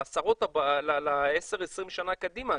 לעשר ו-20 שנה קדימה,